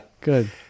Good